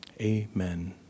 Amen